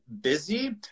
busy